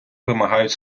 вимагають